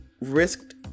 risked